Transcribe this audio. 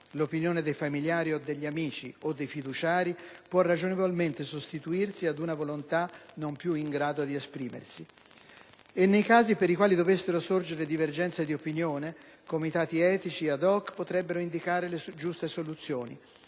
l'opinione dei familiari, o degli amici, o dei fiduciari può ragionevolmente sostituirsi ad una volontà non più in grado di esprimersi. E nei casi per i quali dovessero sorgere divergenze di opinione, comitati etici *ad hoc* potrebbero indicare le giuste soluzioni.